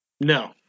No